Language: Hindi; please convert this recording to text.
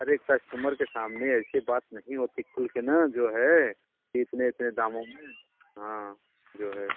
अरे कस्टमर के सामने ऐसे बात नहीं होती खुल के ना जो है कि इतने इतने दामों में हाँ जो है